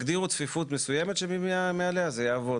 תגדירו צפיפות מסוימת שמעליה זה יעבוד.